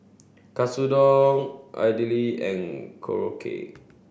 Katsudon Idili and Korokke